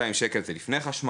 2,200 ₪ זה המחיר עוד לפני חשמל,